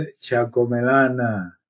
Chagomelana